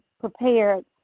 prepared